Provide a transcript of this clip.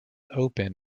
open